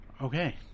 Okay